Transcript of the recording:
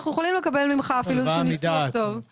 אנחנו יכולים לקבל ממך איזה שהוא ניסוח טוב,